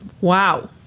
Wow